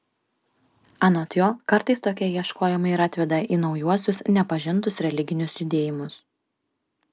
anot jo kartais tokie ieškojimai ir atveda į naujuosius nepažintus religinius judėjimus